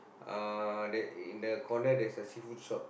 uh that in the corner there's a seafood shop